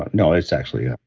you know it is, actually, yeah.